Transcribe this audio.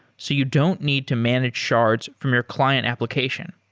so you don't need to manage shards from your client application.